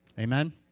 Amen